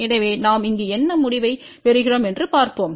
எனவே நாம் இங்கு என்ன முடிவைப் பெறுகிறோம் என்று பார்ப்போம்